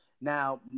Now